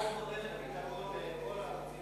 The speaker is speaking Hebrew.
הצעת החוק,